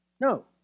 No